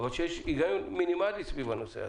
אבל שיהיה היגיון מינימלי סביב הנושא הזה.